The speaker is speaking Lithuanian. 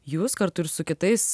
jūs kartu ir su kitais